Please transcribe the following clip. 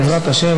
בעזרת השם,